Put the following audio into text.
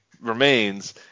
remains